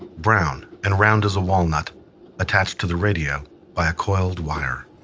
brown and round as a walnut attached to the radio by a coiled wire.